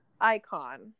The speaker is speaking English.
icon